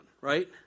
Right